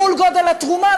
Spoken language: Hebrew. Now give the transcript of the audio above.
מול גודל התרומה,